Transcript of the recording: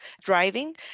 driving